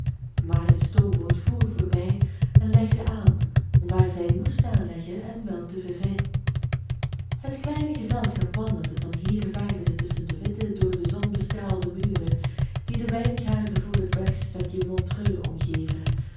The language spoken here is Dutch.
maar de stoomboot voer voorbij en legde aan waar zij moest aanleggen en wel te vevay het kleine gezelschap wandelde van hier verder tusschen de witte door de zon bestraalde muren die de wijngaarden voor het bergstadje montreux omgeven